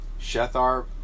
Shethar